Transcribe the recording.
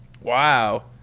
Wow